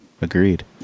Agreed